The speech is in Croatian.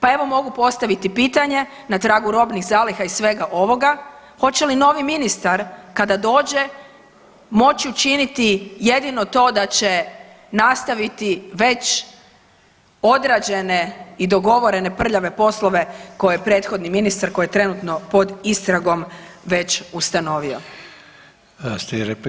Pa evo mogu postaviti pitanje na tragu robnih zaliha i svega ovoga, hoće li novi ministar kada dođe moći učiniti jedino to da će nastaviti već odrađene i dogovorene prljave poslove koje je prethodni ministar koji je trenutno pod istragom već ustanovio?